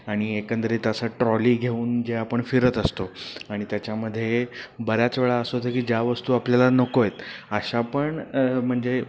आणि एकंदरीत असं ट्रॉली घेऊन जे आपण फिरत असतो आणि त्याच्यामध्ये बऱ्याच वेळा असं होतं की ज्या वस्तू आपल्याला नको आहेत अशा पण म्हणजे